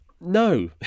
No